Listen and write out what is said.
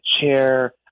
chair